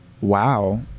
wow